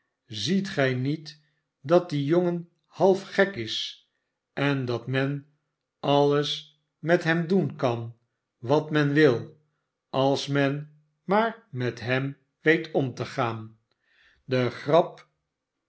ziet gij niet dat die jongen half gek is en dat men alles met hem doen kan wat men wil als men maar met hem weet om te gaan de grap